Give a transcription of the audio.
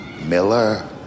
Miller